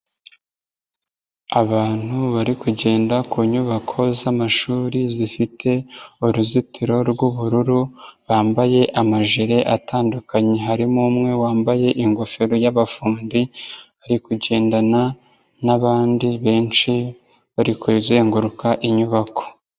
Abantu bari kugenda ku nyubako z'amashuri zifite uruzitiro rw'ubururu bambaye amajire atandukanye harimo umwe wambaye ingofero y'abafundi ari kugendana n'abandi benshi bari kuzenguruka inyubako.